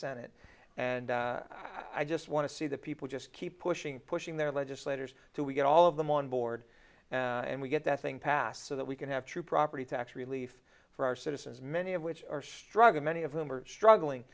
senate and i just want to see the people just keep pushing pushing their legislators so we get all of them on board and we get that thing passed so that we can have true property tax relief for our citizens many of which are struggling many of whom are